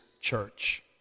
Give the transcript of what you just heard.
church